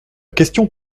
question